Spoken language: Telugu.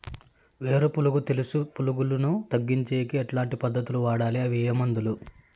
వేరు పులుగు తెలుసు పులుగులను తగ్గించేకి ఎట్లాంటి పద్ధతులు వాడాలి? అవి ఏ మందులు?